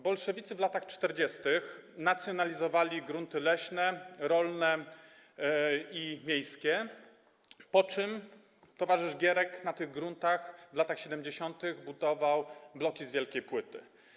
Bolszewicy w latach 40. nacjonalizowali grunty leśne, rolne i miejskie, po czym towarzysz Gierek na tych gruntach w latach 70. budował bloki z wielkiej płyty.